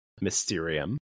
Mysterium